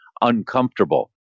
uncomfortable